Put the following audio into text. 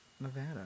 Nevada